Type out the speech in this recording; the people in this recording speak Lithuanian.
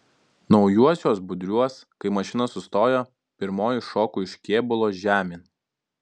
naujuosiuos budriuos kai mašina sustoja pirmoji šoku iš kėbulo žemėn